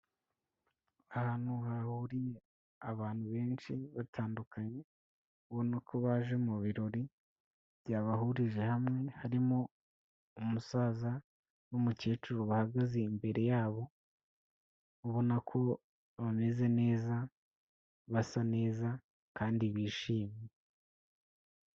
Ahantu hahuriye abantu benshi batandukanye, ubona ko baje mu birori byabahurije hamwe, harimo umusaza n'umukecuru bahagaze imbere yabo, ubona ko bameze neza, basa neza kandi bishimye.